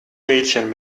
mädchen